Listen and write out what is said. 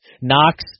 Knox